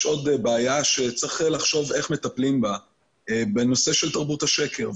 יש עוד בעיה שצריך לחשוב איך מטפלים בה בנושא של תרבות השקר.